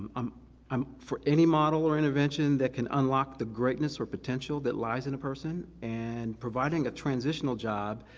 um um for any model or intervention that can unlock the greatness or potential that lies in a person, and providing a transitional job,